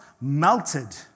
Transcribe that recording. melted